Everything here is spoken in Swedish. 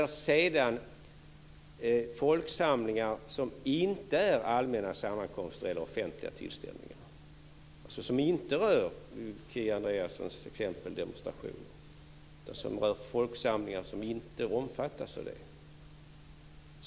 Så till folksamlingar som inte är allmänna sammankomster eller offentliga tillställningar och som alltså inte berör Kia Andreassons exempel demonstration utan som rör folksamlingar som inte omfattas av det.